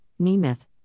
Nemeth